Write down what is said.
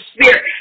Spirit